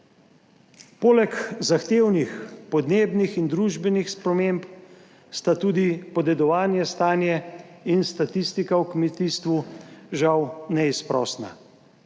Poleg zahtevnih podnebnih in družbenih sprememb sta tudi podedovanje, stanje in statistika v kmetijstvu, žal, neizprosna.